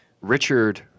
Richard